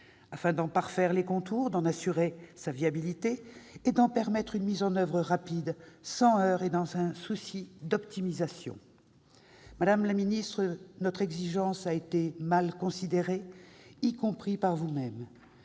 afin d'en parfaire les contours, d'en assurer sa viabilité, et d'en permettre une mise en oeuvre rapide, sans heurt et dans un souci d'optimisation. Madame la ministre, notre exigence a été mal considérée, y compris par vous-même.